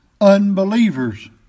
unbelievers